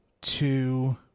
two